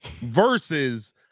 versus